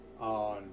on